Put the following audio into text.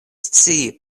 scii